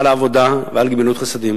על העבודה ועל גמילות חסדים.